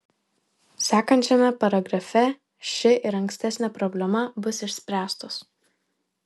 sekančiame paragrafe ši ir ankstesnė problema bus išspręstos